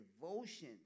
devotion